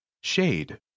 Shade